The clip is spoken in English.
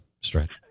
stretch